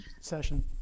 session